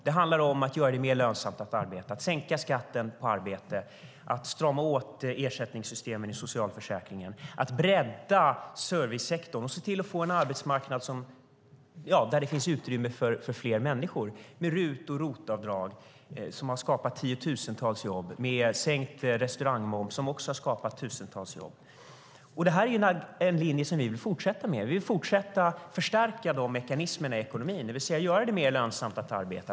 Det handlar om att göra det mer lönsamt att arbeta, att sänka skatten på arbete, att strama åt ersättningssystemen i socialförsäkringen, att bredda servicesektorn och se till att få en arbetsmarknad där det finns utrymme för fler människor. RUT och ROT-avdrag har skapat tiotusentals jobb. Sänkt restaurangmoms har också skapat tusentals jobb. Det är en linje som vi vill fortsätta med. Vi vill förstärka de mekanismerna i ekonomin och göra det mer lönsamt att arbeta.